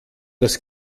das